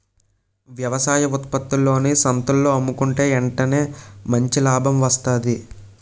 వ్యవసాయ ఉత్త్పత్తులను సంతల్లో అమ్ముకుంటే ఎంటనే మంచి లాభం వస్తాది